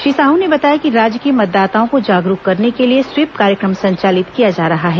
श्री साहू ने बताया कि राज्य के मतदाताओं को जागरूक करने के लिए स्वीप कार्यक्रम संचालित किया जा रहा है